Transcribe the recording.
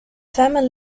family